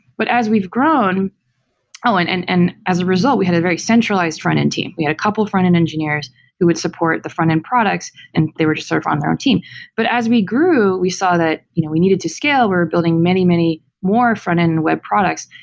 but as we've grown ah and and and as a result, we had a very centralized front-end team. we had a couple front-end engineers who would support the front-end products and they were to serve on their own team but as we grew, we saw that you know we needed to scale. we're building many, many more front-end web products,